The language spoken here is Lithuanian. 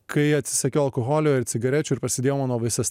kai atsisakiau alkoholio ir cigarečių ir prasidėjo mano visas